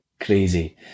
crazy